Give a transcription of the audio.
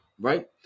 right